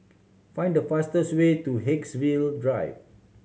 find the fastest way to Haigsville Drive